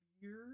years